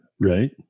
right